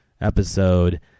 episode